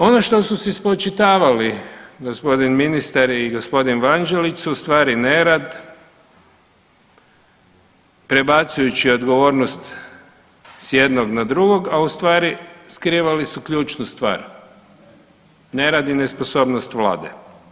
Ono što su si spočitavali g. ministar i g. Vanđelić su ustvari nerad, prebacujući odgovornost s jednog na drugog, a ustvari skrivali su ključnu stvar, nerad i nesposobnost Vlade.